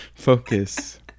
focus